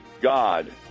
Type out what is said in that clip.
God